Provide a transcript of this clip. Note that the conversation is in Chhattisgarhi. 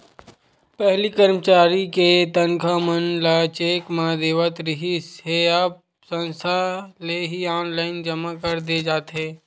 पहिली करमचारी के तनखा मन ल चेक म देवत रिहिस हे अब संस्था ले ही ऑनलाईन जमा कर दे जाथे